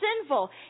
sinful